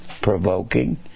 provoking